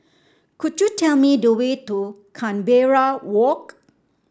could you tell me the way to Canberra Walk